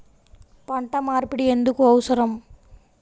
పంట మార్పిడి ఎందుకు అవసరం?